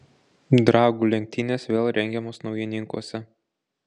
dragų lenktynės vėl rengiamos naujininkuose